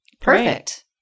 Perfect